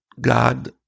God